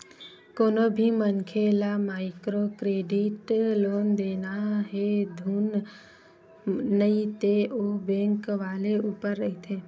कोनो भी मनखे ल माइक्रो क्रेडिट लोन देना हे धुन नइ ते ओ बेंक वाले ऊपर रहिथे